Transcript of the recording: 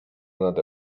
nade